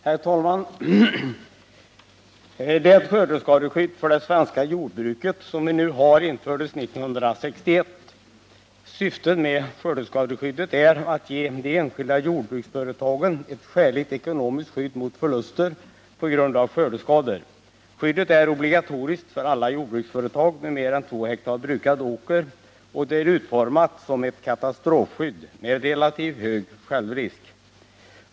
Herr talman! Det skördeskadeskydd för det svenska jordbruket som vi nu har infördes 1961. Syftet med skördeskadeskyddet är att ge de enskilda jordbruksföretagen ett skäligt ekonomiskt skydd mot förluster på grund av skördeskador. Skyddet är obligatoriskt för alla jordbruksföretag med mer än 2 hektar brukad åker, och det är utformat som ett katastrofskydd med relativt hög självrisk.